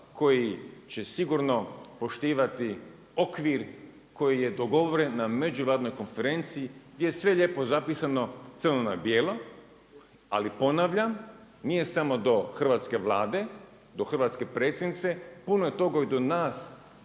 koji će sigurno poštivati okvir koji je dogovoren na međunarodnoj konferenciji gdje je sve lijepo zapisano crno na bijelo. Ali ponavljam, nije samo do hrvatske Vlade, do hrvatske predsjednice, puno je toga i do nas